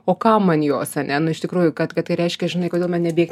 o kam man jos ane nu iš tikrųjų kad kad tai reiškia žinai kodėl nebėgt